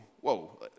whoa